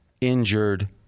injured